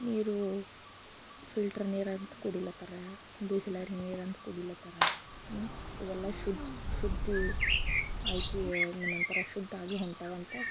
ನೀರು ಫಿಲ್ಟರ್ ನೀರು ಅಂತ ಕುಡಿಲತ್ತರ ಬೀಸಲರಿ ನೀರು ಅಂತ ಕುಡಿಲತ್ತಾರ ಇವೆಲ್ಲ ಶುದ್ಧ ಶುದ್ಧಿ ಆಯ್ಕೆ ನಂತರ ಶುದ್ಧ ಆಗಿ ಹೊಂಟವಂಥ